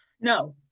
No